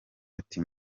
ati